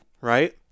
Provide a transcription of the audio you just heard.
right